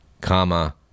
comma